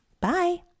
Bye